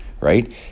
right